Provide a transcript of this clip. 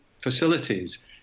facilities